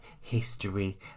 history